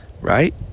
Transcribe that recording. Right